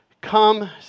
come